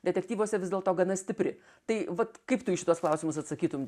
detektyvuose vis dėlto gana stipri tai vat kaip tu į šituos klausimus atsakytum